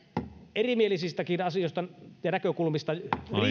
erimielisistäkin asioista ja näkökulmista